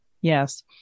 Yes